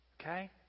Okay